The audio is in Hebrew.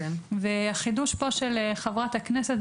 החידוש פה של חברת הכנסת,